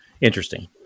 interesting